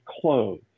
clothes